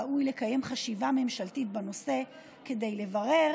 ראוי לקיים חשיבה ממשלתית בנושא כדי לברר